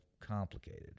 complicated